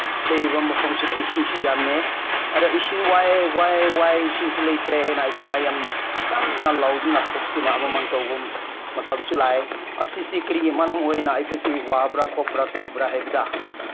ꯂꯩꯔꯤꯕ ꯃꯐꯝꯁꯤꯗ ꯏꯁꯤꯡꯁꯨ ꯌꯥꯝꯃꯦ ꯑꯗ ꯏꯁꯤꯡ ꯋꯥꯏ ꯋꯥꯏ ꯋꯥꯏ ꯏꯁꯤꯡꯁꯤ ꯂꯩꯇ꯭ꯔꯦ ꯍꯥꯏꯅ ꯑꯩꯈꯣꯏ ꯃꯌꯥꯝꯅ ꯀꯟꯅ ꯂꯥꯎꯗꯨꯅ ꯈꯣꯠꯇꯨꯅ ꯑꯃꯃ ꯇꯧꯕ ꯃꯇꯝꯁꯨ ꯂꯥꯛꯑꯦ ꯑꯁꯤꯁꯤ ꯀꯔꯤꯒꯤ ꯃꯔꯝ ꯑꯣꯏꯅ ꯑꯩꯈꯣꯏꯁꯤ ꯋꯥꯕ꯭ꯔꯥ ꯈꯣꯠꯄ꯭ꯔꯥ ꯇꯧꯕ꯭ꯔꯥ ꯍꯥꯏꯕꯗ